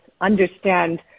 understand